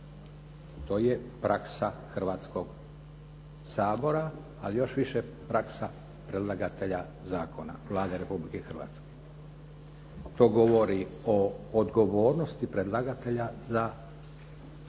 To je praksa Hrvatskog sabora, ali još više predlagatelja zakona Vlade Republike Hrvatske. To govori o odgovornosti predlagatelja za zakone